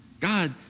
God